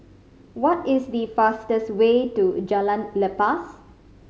what is the fastest way to Jalan Lepas